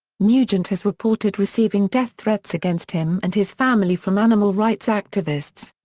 nugent has reported receiving death threats against him and his family from animal rights activists.